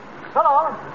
Hello